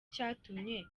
cyatumye